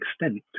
extent